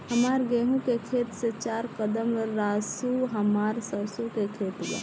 हमार गेहू के खेत से चार कदम रासु हमार सरसों के खेत बा